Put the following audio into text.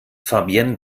fabienne